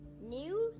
News